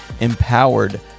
empowered